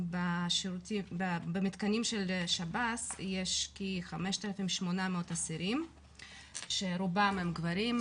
במתקנים של שב"ס יש כ-5800 אסירים שרובם הם גברים,